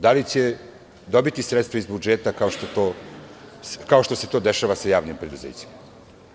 Da li će dobiti sredstva iz budžeta kao što se to dešava sa javnim preduzećima?